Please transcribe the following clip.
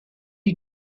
you